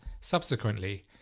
subsequently